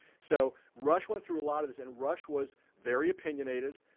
so rush went through a lot of this and rush was very opinionated.